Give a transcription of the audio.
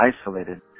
isolated